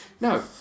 No